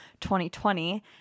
2020